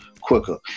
quicker